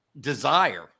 desire